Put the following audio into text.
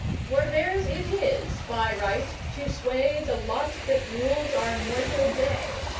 for theirs it is by right to sway the lot that rules our mortal day,